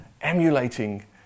emulating